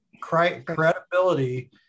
credibility